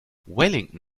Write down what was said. wellington